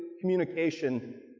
communication